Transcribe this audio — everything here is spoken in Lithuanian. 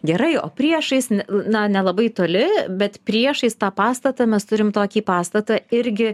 gerai o priešais na nelabai toli bet priešais tą pastatą mes turim tokį pastatą irgi